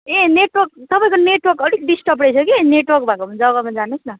ए network तपाईँको network अलिक disturb रहेछ कि नेटवर्क भएको जग्गामा जानुहोस् न